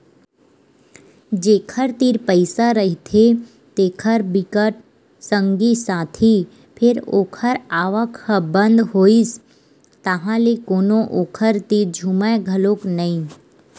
जेखर तीर पइसा रहिथे तेखर बिकट संगी साथी फेर ओखर आवक ह बंद होइस ताहले कोनो ओखर तीर झुमय घलोक नइ